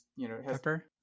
Pepper